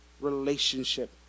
relationship